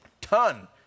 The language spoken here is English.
ton